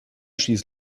schieß